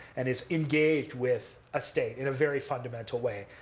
and is engaged with a state in a very fundamental way,